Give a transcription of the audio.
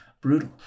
brutal